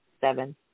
seven